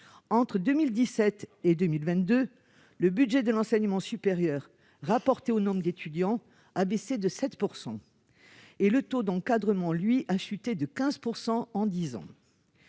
Entre 2017 et 2022, le budget de l'enseignement supérieur rapporté au nombre d'étudiants a baissé de 7 % et le taux d'encadrement a, lui, chuté de 15 % en dix ans.